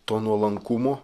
to nuolankumo